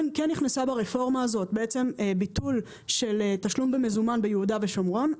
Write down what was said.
כן נכנס ברפורמה הזאת ביטול של תשלום במזומן ביהודה ושומרון.